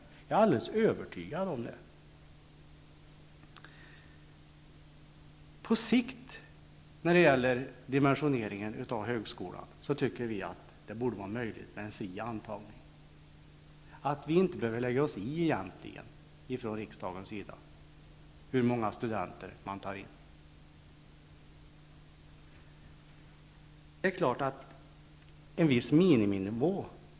Det är jag alldeles övertygad om. När det gäller dimensioneringen av högskolan menar vi att det på sikt borde vara möjligt med en fri antagning, att vi från riksdagens sida egentligen inte skulle behöva lägga oss i hur många studenter man tar in. Det är klart att man måste ha en viss miniminivå.